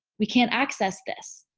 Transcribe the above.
we can't access this.